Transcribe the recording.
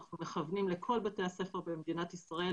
אנחנו מכוונים לכל בתי הספר במדינת ישראל,